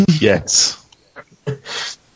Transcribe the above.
Yes